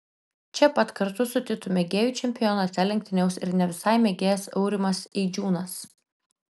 čia pat kartu su titu mėgėjų čempionate lenktyniaus ir ne visai mėgėjas aurimas eidžiūnas